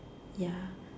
ya